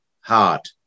heart